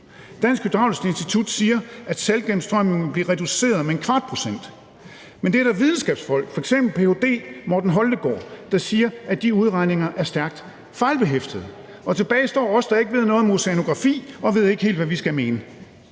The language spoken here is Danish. Dansk Hydraulisk Institut siger, at saltgennemstrømningen bliver reduceret med 1/4 pct., men der er videnskabsfolk, f.eks. ph.d. Morten Holtegaard, der siger, at de udregninger er stærkt fejlbehæftede. Tilbage står vi, der ikke ved noget om oceanografi, og vi ved ikke helt, hvad vi skal mene.